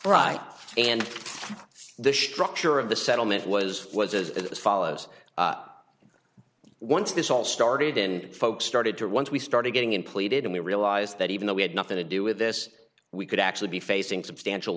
right and this structure of the settlement was was as follows once this all started and folks started to once we started getting in pleaded and we realized that even though we had nothing to do with this we could actually be facing substantial